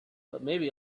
butmaybe